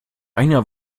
einer